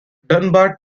dunbar